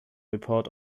report